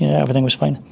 yeah everything was fine.